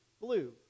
blue